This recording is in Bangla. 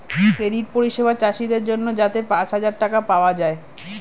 ক্রেডিট পরিষেবা চাষীদের জন্যে যাতে পাঁচ হাজার টাকা পাওয়া যায়